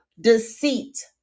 deceit